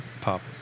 pop